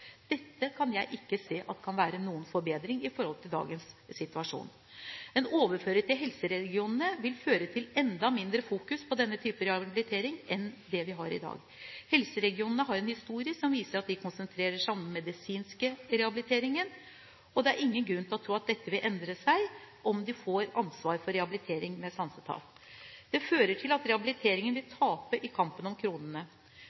Dette kan jeg ikke se at kan være noen forbedring i forhold til dagens situasjon. En overføring til helseregionene vil føre til enda mindre fokus på denne type rehabilitering enn det vi har i dag. Helseregionene har en historie som viser at de konsentrerer seg om den medisinske rehabiliteringen, og det er ingen grunn til å tro at dette vil endre seg om de får ansvar for rehabilitering ved sansetap. Det fører til at rehabiliteringen vil tape i kampen om kronene.